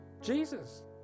Jesus